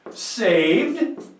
Saved